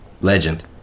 Legend